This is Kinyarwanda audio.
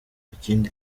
ikindi